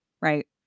right